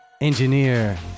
engineer